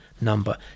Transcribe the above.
Number